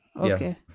Okay